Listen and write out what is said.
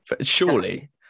surely